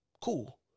cool